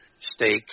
stakes